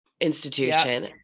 institution